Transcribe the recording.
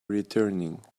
returning